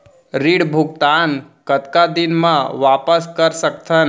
ऋण भुगतान कतका दिन म वापस कर सकथन?